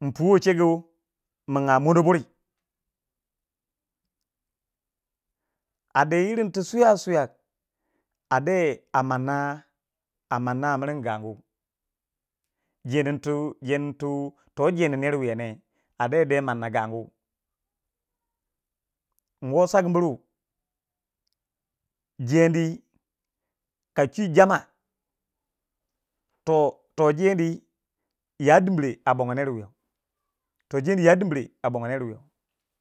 m fuwe shegu min a mon do buri a de yirrin tu swiya swiya a deh a manna a manna a miringu gangu jenin tu jenintu to jeni ner wiya ne a de de manna gangu nwo sagu buru jeni ka chi jama, toh toh jeni ya dimre a bwongo ner wiya toh jeni ya dimre a bongo ner wuya.